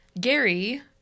gary